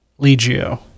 Legio